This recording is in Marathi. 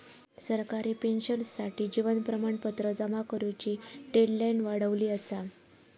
सरकारी पेंशनर्ससाठी जीवन प्रमाणपत्र जमा करुची डेडलाईन वाढवली असा